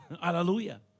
Hallelujah